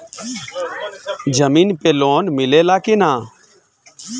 जमीन पे लोन मिले ला की ना?